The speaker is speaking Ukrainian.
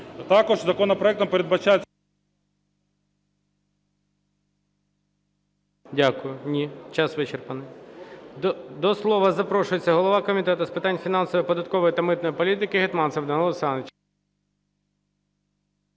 Також законопроектом передбачається… ГОЛОВУЮЧИЙ. Дякую. Ні. Час вичерпаний. До слова запрошується голова Комітету з питань фінансової, податкової та митної політики Гетманцев Данило Олександрович.